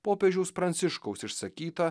popiežiaus pranciškaus išsakyta